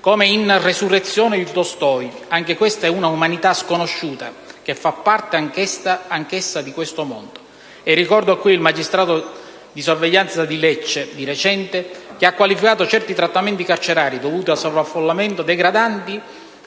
come in «Resurrezione» di Tolstoj, anche questa è un'umanità sconosciuta, che fa parte anch'essa di questo mondo. Ricordo qui il magistrato di sorveglianza di Lecce che di recente ha qualificato certi trattamenti carcerari dovuti al sovraffollamento, degradanti